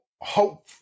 hope